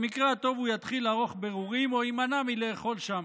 במקרה הטוב הוא יתחיל לערוך בירורים או יימנע מלאכול שם.